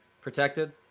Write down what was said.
Protected